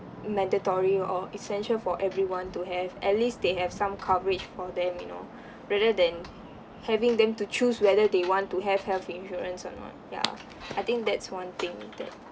mandatory or essential for everyone to have at least they have some coverage for them you know rather than having them to choose whether they want to have health insurance or not ya I think that's one thing that